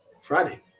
Friday